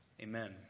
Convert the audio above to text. Amen